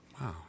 Wow